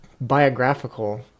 biographical